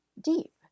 deep